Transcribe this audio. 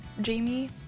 Jamie